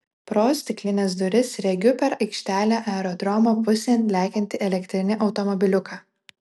pro stiklines duris regiu per aikštelę aerodromo pusėn lekiantį elektrinį automobiliuką